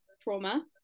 trauma